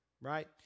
right